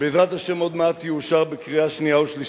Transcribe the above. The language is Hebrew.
שבעזרת השם עוד מעט יאושר בקריאה שנייה ושלישית.